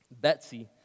Betsy